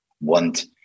want